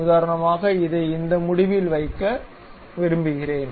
உதாரணமாக இதை இந்த முடிவில் வைக்க விரும்புகிறேன்